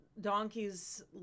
Donkeys